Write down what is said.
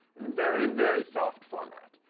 very, very soft format.